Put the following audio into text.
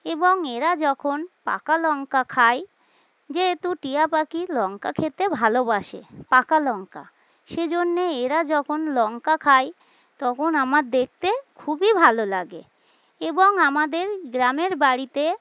এবং এরা যখন পাকা লঙ্কা খায় যেহেতু টিয়া পাখি লঙ্কা খেতে ভালোবাসে পাকা লঙ্কা সেজন্যে এরা যখন লঙ্কা খায় তখন আমার দেখতে খুবই ভালো লাগে এবং আমাদের গ্রামের বাড়িতে